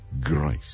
grace